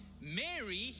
Mary